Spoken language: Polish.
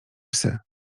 psy